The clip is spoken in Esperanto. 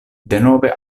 denove